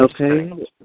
Okay